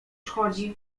chodzi